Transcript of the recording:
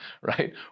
right